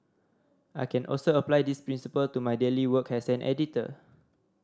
I can also apply this principle to my daily work as an editor